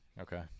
Okay